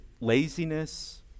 laziness